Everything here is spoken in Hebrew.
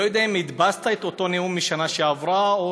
אני לא יודע אם הדפסת את אותו נאום משנה שעברה או